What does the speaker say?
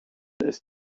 ist